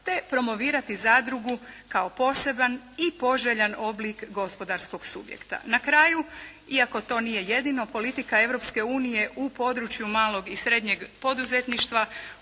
te promovirati zadrugu kao poseban i poželjan oblik gospodarskog subjekta. Na kraju iako to nije jedino politika Europske unije u području malog i srednjeg poduzetništva